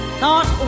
thought